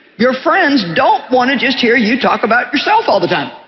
your friends don't want to just hear you talk about yourself all the time.